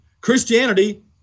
Christianity